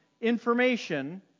information